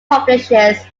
publishes